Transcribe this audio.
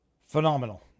Phenomenal